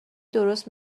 درست